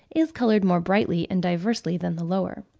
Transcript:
is coloured more brightly and diversely than the lower.